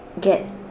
get